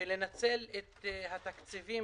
ולנצל את התקציבים